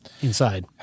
inside